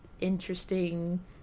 interesting